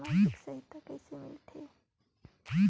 समाजिक सहायता कइसे मिलथे?